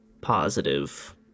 positive